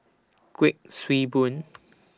Kuik Swee Boon